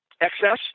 excess